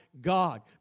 God